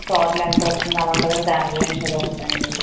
total ఎంత వస్తుంది అలాంటిది దాని గురించి అది ఒకటి అండి